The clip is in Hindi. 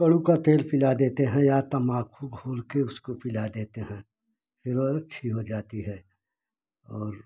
कोरु का तेल पिला देते हैं या तम्बाखू घोल के उसको पिला देते हैं फिर वह अच्छी हो जाती है और